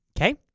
Okay